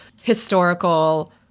historical